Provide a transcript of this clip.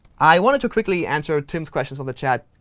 i wanted to quickly answer tim's question from the chat,